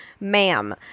ma'am